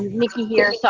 nikki here, so